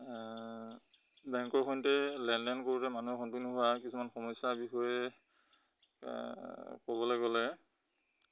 বেংকৰ সৈতে লেনদেন কৰোঁতে মানুহে সন্তিৰ্ণ হোৱা কিছুমান সমস্যাৰ বিষয়ে ক'বলৈ গ'লে